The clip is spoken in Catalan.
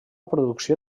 producció